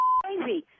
crazy